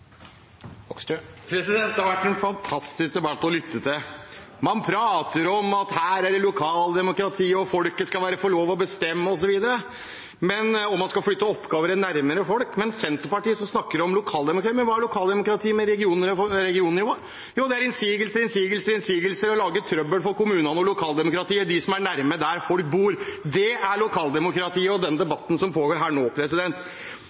det lokaldemokrati, folket skal få lov til å bestemme osv., og man skal flytte oppgaver nærmere folk. Senterpartiet snakker om lokaldemokratiet, men hva er lokaldemokratiet med et regionnivå? Jo, det er innsigelser, innsigelser, innsigelser og å lage trøbbel for kommunene og lokaldemokratiet – dem som er nærme der folk bor. Det er lokaldemokratiet og den debatten som pågår her nå.